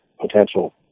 potential